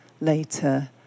later